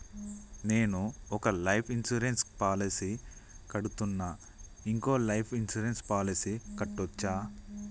నేను ఒక life insurance policy కడ్తున్నా, ఇంకో లైఫ్ ఇన్సూరెన్స్ పాలసీ కట్టొచ్చా?